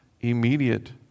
immediate